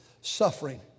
suffering